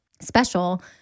special